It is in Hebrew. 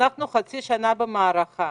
אנחנו חצי שנה במערכה.